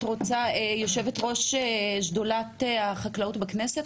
יו"ר שדולת החקלאות בכנסת,